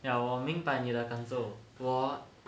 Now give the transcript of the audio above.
ya 我明白你的感受我